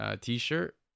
t-shirt